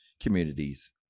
communities